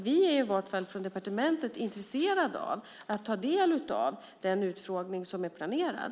Vi från departementet är i alla fall intresserade av att ta del av den utfrågning som är planerad.